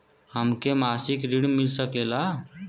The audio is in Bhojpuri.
हमके मासिक ऋण मिल सकेला?